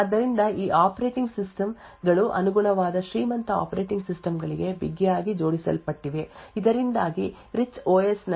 ಆದ್ದರಿಂದ ಈ operating system ಗಳು ಅನುಗುಣವಾದ ಶ್ರೀಮಂತ ಆಪರೇಟಿಂಗ್ ಸಿಸ್ಟಮ್ ಗಳಿಗೆ ಬಿಗಿಯಾಗಿ ಜೋಡಿಸಲ್ಪಟ್ಟಿವೆ ಇದರಿಂದಾಗಿ ರಿಚ್ ಓಎಸ್ ನಲ್ಲಿನ ಕಾರ್ಯದ ಆದ್ಯತೆಯನ್ನು ಸೆಕ್ಯೂರ್ ಓಎಸ್ ನಲ್ಲಿ ಅನುಗುಣವಾದ ಆದ್ಯತೆಗೆ ಮ್ಯಾಪ್ ಮಾಡಬಹುದು